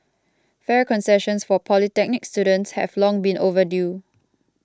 fare concessions for polytechnic students have long been overdue